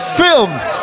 films